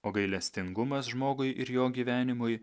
o gailestingumas žmogui ir jo gyvenimui